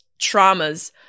traumas